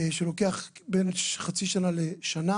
שלוקח בין חצי שנה לשנה,